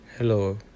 Hello